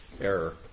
error